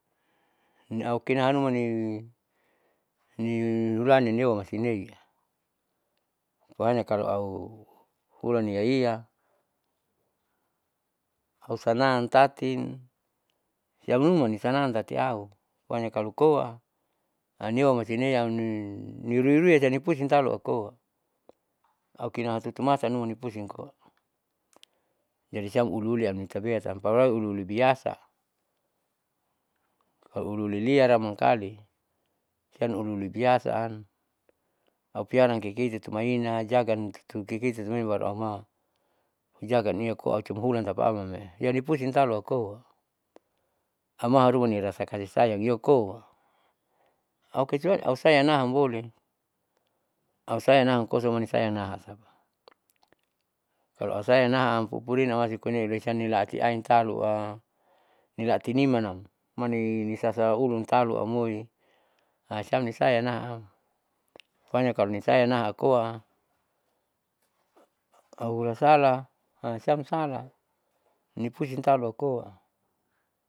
Ni aukinaan numani nihulani nioanisinei pohanya kalo auhulani iyaiya husanan tati siam numanisanan tati au pohanya kalo koa aneuwa masi nea ni niruirui sianipusiang taulokoa au kinaan tutup matanuma nipusiang koa, jadi siam uliuliam nitabeatam padahal uliuli biasa kalo uliuli liaram mangkali siam uliuli biasaan aupiara kirakira tutumaina jagan tutukiki tutuina baru auma jagan inakoa aucuma hulan tapaamame'e. ianipusiang talo akoa amaharuma nirasa kasi saying yokoa, aukecuali au sayangnaham boleh au sayingnaham koa soamanisayangnahamsapa. kalo ausayangnaham pupurina masi koine'e ulisanne'e laatinaitaloa ilaatinimanam ni nisasa ulun talo amoi siam nisayanahaam pohanya kalo nisanahaam koa auhula salah siam salah nipusing taloyakoa.